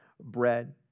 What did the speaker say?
bread